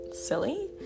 silly